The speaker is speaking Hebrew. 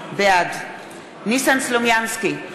בעד ניסן סלומינסקי,